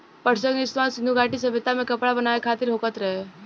पटसन के इस्तेमाल सिंधु घाटी सभ्यता में कपड़ा बनावे खातिर होखत रहे